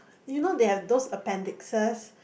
you know they have those appendixes